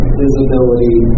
visibility